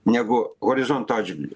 negu horizonto atžvilgiu